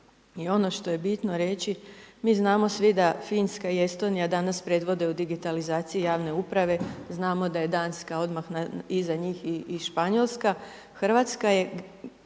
I ono što je bitno reći mi znamo svi da Finska i Estonija danas predvode u digitalizaciji javne uprave, znamo da je Danska odmah iza njih i Španjolska. Hrvatska je